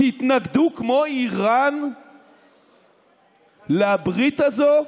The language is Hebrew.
תתנגדו כמו איראן לברית הזאת,